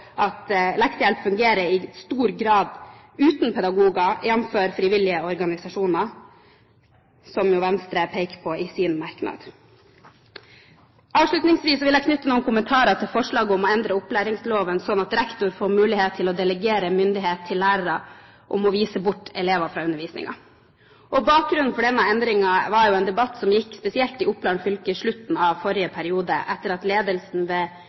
i sin merknad. Avslutningsvis vil jeg knytte noen kommentarer til forslaget om å endre opplæringsloven slik at rektor får mulighet til å delegere myndighet til lærerne til å vise bort elever fra undervisningen. Bakgrunnen for denne endringen er en debatt som gikk, spesielt i Oppland fylke, i slutten av forrige periode, etter at ledelsen